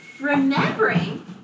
remembering